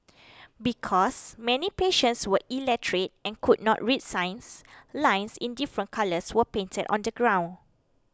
because many patients were illiterate and could not read signs lines in different colours were painted on the ground